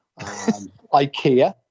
Ikea